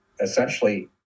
Essentially